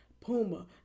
Puma